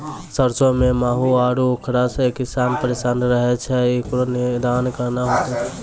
सरसों मे माहू आरु उखरा से किसान परेशान रहैय छैय, इकरो निदान केना होते?